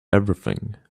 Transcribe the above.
everything